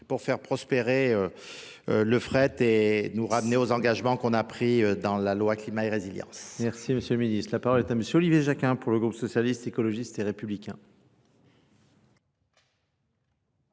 pour faire prospérer le fret et nous ramener aux engagements qu'on a pris dans la loi climat et résilience. Merci Merci Monsieur le Ministre. La parole est à Monsieur Olivier Jaquin pour le groupe socialiste, écologiste et républicain.